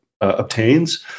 obtains